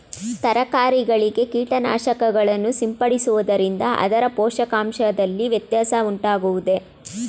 ತರಕಾರಿಗಳಿಗೆ ಕೀಟನಾಶಕಗಳನ್ನು ಸಿಂಪಡಿಸುವುದರಿಂದ ಅದರ ಪೋಷಕಾಂಶದಲ್ಲಿ ವ್ಯತ್ಯಾಸ ಉಂಟಾಗುವುದೇ?